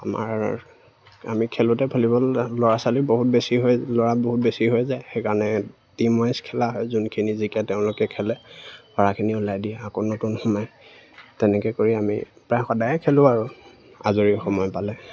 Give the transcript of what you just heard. আমাৰ আমি খেলোঁতে ভলীবল ল'ৰা ছোৱালী বহুত বেছি হৈ ল'ৰা বহুত বেছি হৈ যায় সেইকাৰণে টীম ৱাইজ খেলা হয় যোনখিনি জিকে তেওঁলোকে খেলে ল'ৰাখিনি ওলাই দিয়ে আকৌ নতুন সোমাই তেনেকে কৰি আমি প্ৰায় সদায়ে খেলোঁ আৰু আজৰি সময় পালে